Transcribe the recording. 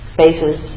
faces